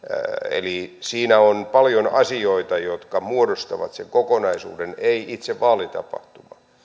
eli siinä on paljon asioita jotka muodostavat sen kokonaisuuden ei itse vaalitapahtuma